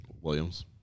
Williams